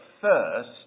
first